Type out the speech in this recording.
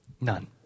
None